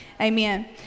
Amen